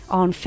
on